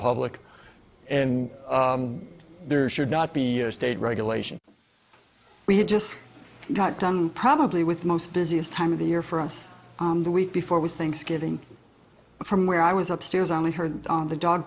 public and there should not be state regulation we had just got done probably with most busiest time of the year for us the week before was thanksgiving from where i was upstairs i only heard the dog